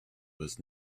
was